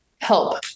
help